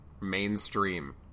mainstream